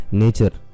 nature